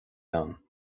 ann